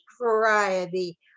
variety